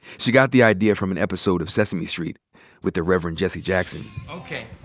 she got the idea from an episode of sesame street with the reverend jesse jackson. okay,